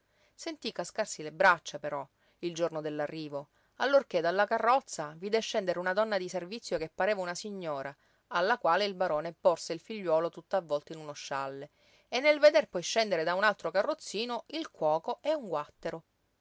padroncino sentí cascarsi le braccia però il giorno dell'arrivo allorché dalla carrozza vide scendere una donna di servizio che pareva una signora alla quale il barone porse il figliuolo tutto avvolto in uno scialle e nel veder poi scendere da un altro carrozzino il cuoco e un guàttero